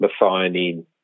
methionine